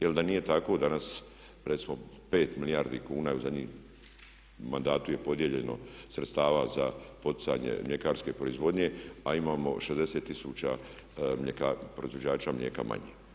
Jer da nije tako danas recimo pet milijardi kuna u zadnjih mandatu je podijeljeno sredstava za poticanje mljekarske proizvodnje, a imamo 60 000 proizvođača mlijeka manje.